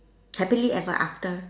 happily ever after